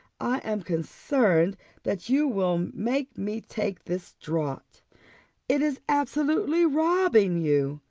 i am concerned that you will make me take this draught it is absolutely robbing you.